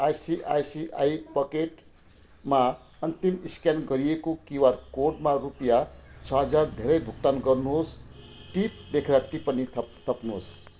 ICICI पकेटमा अन्तिम scan गरिएको क्युआर कोडमा रुपियाँ छ हजार धेरै भुक्तान गर्नुहोस् टिप लेखेर टिप्पणी थप् थप्नुहोस्